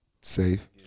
Safe